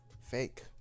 fake